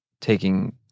taking